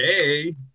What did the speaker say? Hey